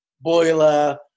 boiler